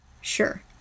sure